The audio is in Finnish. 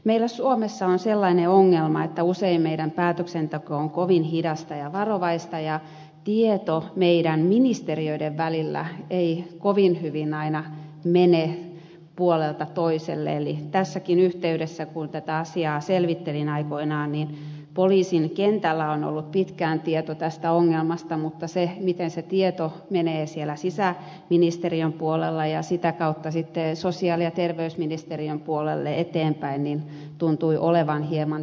meillä suomessa on sellainen ongelma että usein meidän päätöksenteko on kovin hidasta ja varovaista ja tieto meidän ministeriöiden välillä ei mene aina kovin hyvin puolelta toiselle eli tässäkin yhteydessä kun tätä asiaa selvittelin aikoinaan poliisin kentällä on ollut pitkään tieto tästä ongelmasta mutta se miten se tieto menee siellä sisäministeriön puolella ja sitä kautta sitten sosiaali ja terveysministeriön puolelle eteenpäin tuntui olevan hieman töksähtelevää